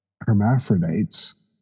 hermaphrodites